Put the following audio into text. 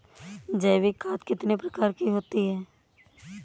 जैविक खाद कितने प्रकार की होती हैं?